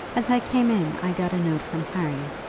as i came in i got a note from harry,